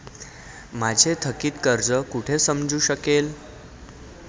माझे थकीत कर्ज कुठे समजू शकेल?